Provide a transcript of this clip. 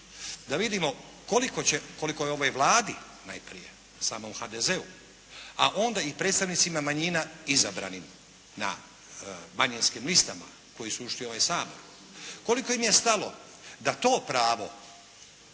će, koliko je ovoj Vladi najprije samom HDZ-u, a onda i predstavnicima manjina izabranim na manjinskim listama koji su ušli u ovaj Sabor koliko im je stalo da to pravo